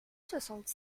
soixante